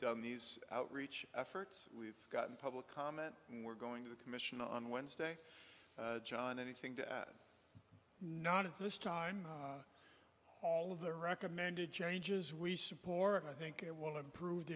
done these outreach efforts we've gotten public comment and we're going to the commission on wednesday john anything to add not at this time all of the recommended changes we support i think it will improve the